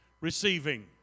receiving